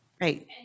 Right